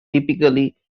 typically